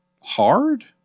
hard